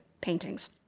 paintings